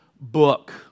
book